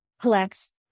collects